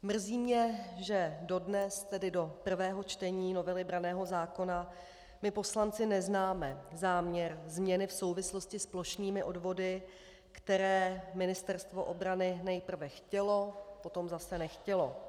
Mrzí mě, že dodnes, tedy do prvého čtení novely branného zákona, my poslanci neznáme záměr změny v souvislosti s plošnými odvody, které Ministerstvo obrany nejprve chtělo, potom zase nechtělo.